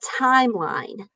timeline